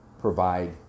provide